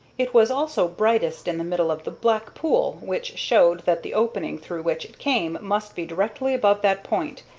it was also brightest in the middle of the black pool, which showed that the opening through which it came must be directly above that point,